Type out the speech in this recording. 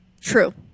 True